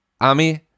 Ami